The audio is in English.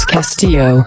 Castillo